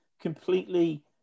completely